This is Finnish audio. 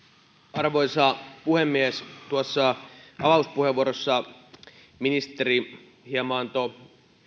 arvoisa puhemies tuossa avauspuheenvuorossa ministeri hieman antoi